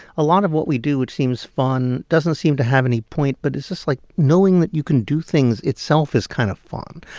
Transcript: a lot of what we do which seems fun doesn't seem to have any point, but it's just, like, knowing that you can do things itself is kind of fun.